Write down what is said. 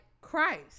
Christ